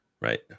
right